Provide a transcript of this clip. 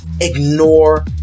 Ignore